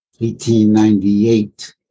1898